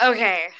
Okay